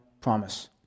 promise